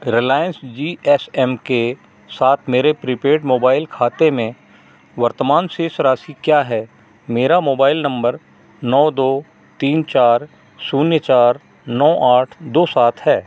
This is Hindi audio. रिलाइंस जी एस एम के साथ मेरे प्रीपेड मोबाइल खाते में वर्तमान शेष राशि क्या है मेरा मोबाइल नम्बर नौ दो तीन चार शून्य चार नौ आठ दो सात है